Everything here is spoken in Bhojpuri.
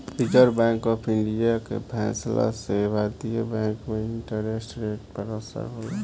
रिजर्व बैंक ऑफ इंडिया के फैसला से भारतीय बैंक में इंटरेस्ट रेट पर असर होला